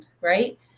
right